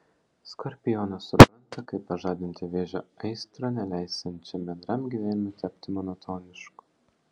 skorpionas supranta kaip pažadinti vėžio aistrą neleisiančią bendram gyvenimui tapti monotonišku